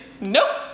Nope